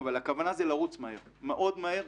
אבל הכוונה היא לרוץ מהר, מאוד מהר.